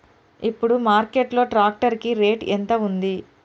ఇప్పుడు మార్కెట్ లో ట్రాక్టర్ కి రేటు ఎంత ఉంది?